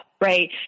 right